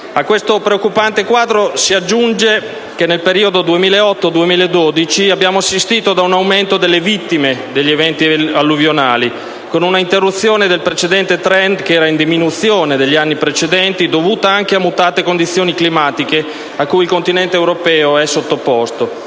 A questo preoccupante quadro si aggiunga che nel periodo 2008-2012 abbiamo assistito ad un aumento delle vittime degli eventi alluvionali, con un'interruzione del precedente *trend* in diminuzione, negli anni 2001-2007, dovuta anche a mutate condizioni climatiche a cui il continente europeo è sottoposto.